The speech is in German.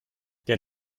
der